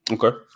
Okay